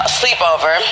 sleepover